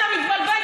אתה מתבלבל,